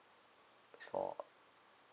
is for